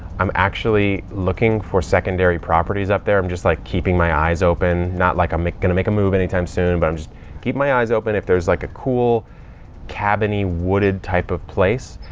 i'm actually looking for secondary properties up there. i'm just like keeping my eyes open. not like i'm going to make a move anytime soon, but i'm just keeping my eyes open. if there's like a cool cabiny wooded type of place,